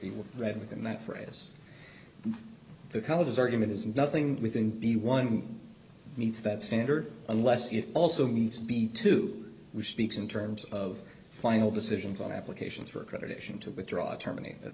be read within that phrase the colleges argument is nothing within the one meets that standard unless you also need to be two weeks in terms of final decisions on applications for accreditation to withdraw terminate